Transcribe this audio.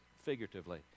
figuratively